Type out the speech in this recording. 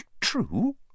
true